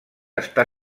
està